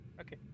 okay